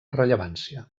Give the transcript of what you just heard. rellevància